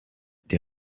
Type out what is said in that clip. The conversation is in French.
des